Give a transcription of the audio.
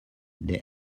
they